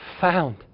found